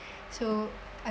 so I